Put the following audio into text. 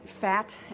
fat